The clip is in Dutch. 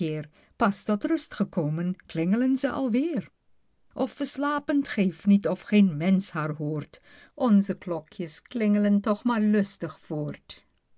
pas tot rust gekomen klingelen ze alweer of we slapen t geeft niet of geen mensch haar hoort onze klokjes kling'len toch maar lustig voort